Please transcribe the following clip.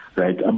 right